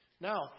Now